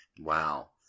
Wow